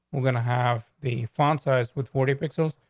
we're gonna have the font size with forty pixels,